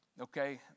okay